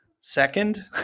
second